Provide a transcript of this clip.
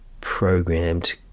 programmed